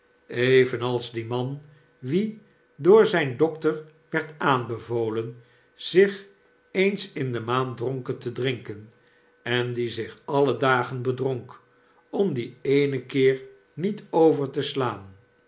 evenals die man wien door zjjn dokter werd aanbevolen zich eens in de maand dronken te drinken en die zich alle dagen bedronk om dien eenen keer niet over te slaan